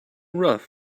rough